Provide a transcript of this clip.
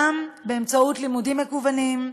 גם באמצעות לימודים מקוונים,